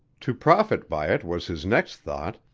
to profit by it was his next thought,